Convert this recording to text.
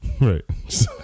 Right